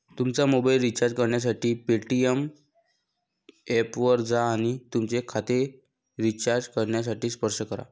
तुमचा mobile recharge करण्यासाठी Paytm ऐपवर जा आणि तुमचे खाते रिचार्ज करण्यासाठी स्पर्श करा